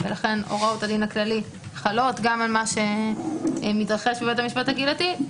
ולכן הוראות הדין הכללי חלות גם על מה שמתרחש בבית המשפט הקהילתי.